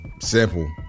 Simple